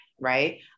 right